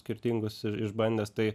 skirtingus ir išbandęs tai